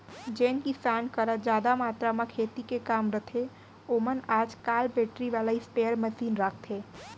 जेन किसान करा जादा मातरा म खेती के काम रथे ओमन आज काल बेटरी वाला स्पेयर मसीन राखथें